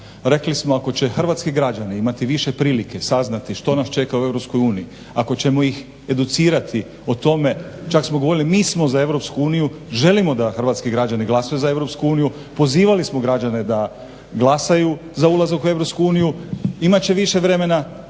Rekli smo ako će hrvatski građani imati više prilike saznati što nas čeka u EU, ako ćemo ih educirati o tome. Čak smo govorili mi smo za EU, želimo da hrvatski građani glasaju za EU, pozivali smo građane da glasaju za ulazak u EU. Imat će više vremena,